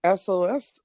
SOS